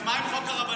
אז מה עם חוק הרבנים?